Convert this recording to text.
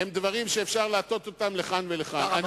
הן דברים שאפשר להטות אותם לכאן ולכאן.